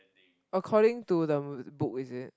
according to the book is it